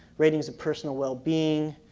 ratings of personal well-being,